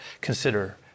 consider